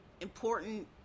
important